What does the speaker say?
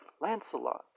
Lancelot